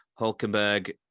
Hulkenberg